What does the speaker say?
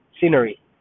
scenery